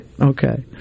Okay